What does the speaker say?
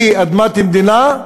היא אדמת מדינה?